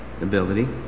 ability